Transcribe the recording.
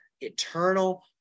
eternal